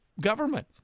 government